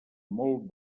molt